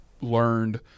learned